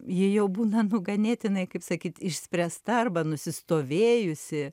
ji jau būna nu ganėtinai kaip sakyt išspręsta arba nusistovėjusi